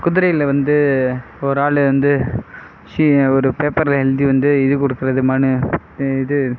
குதிரையில் வந்து ஒரு ஆள் வந்து ஒரு பேப்பரில் எழுதி வந்து இது கொடுக்கறது மனு இது